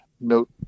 note